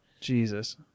Jesus